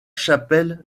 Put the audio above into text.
chapelle